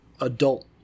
adult